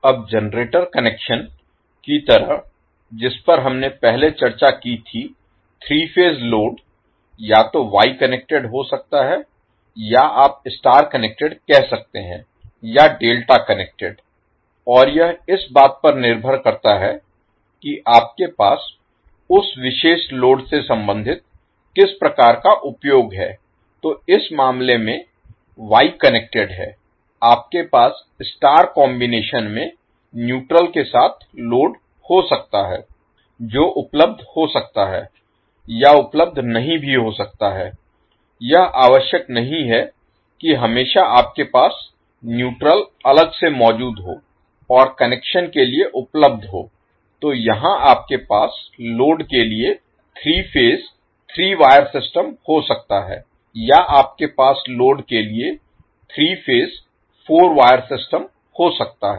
अब generator connection की तरह जिस पर हमने पहले चर्चा की थी 3 फेज लोड या तो वाई कनेक्टेड हो सकता है या आप स्टार कनेक्टेड कह सकते हैं या डेल्टा कनेक्टेड और यह इस बात पर निर्भर करता है कि आपके पास उस विशेष लोड से संबंधित किस प्रकार का उपयोग है तो इस मामले में वाई कनेक्टेड है आपके पास स्टार कॉम्बिनेशन में न्यूट्रल के साथ लोड हो सकता है जो उपलब्ध हो सकता है या उपलब्ध नहीं भी हो सकता है यह आवश्यक नहीं है कि हमेशा आपके पास न्यूट्रल अलग से मौजूद होऔर कनेक्शन के लिए उपलब्ध हो तो यहां आपके पास के लिए 3 फेज 3 वायर सिस्टम हो सकता है या आपके पास लोड के लिए 3 फेज 4 वायर सिस्टम हो सकता है